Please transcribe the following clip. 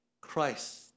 Christ